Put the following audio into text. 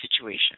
situation